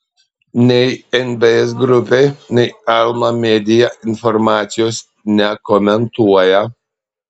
nei bns grupė nei alma media informacijos nekomentuoja